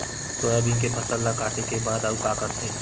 Soybean के फसल ल काटे के बाद आऊ का करथे?